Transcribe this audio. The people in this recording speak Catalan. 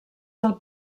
del